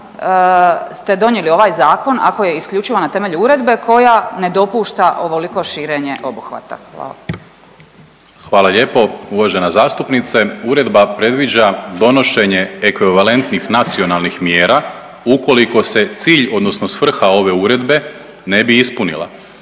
ste donijeli ovaj zakon ako je isključivo na temelju uredbe koja ne dopušta ovoliko širenje obuhvata? Hvala. **Primorac, Marko** Hvala lijepo uvažena zastupnice. Uredba predviđa donošenje ekvivalentnih nacionalnih mjera ukoliko se cilj odnosno svrha ove uredbe ne bi ispunila.